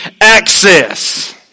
access